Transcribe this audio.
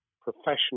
professional